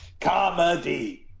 comedy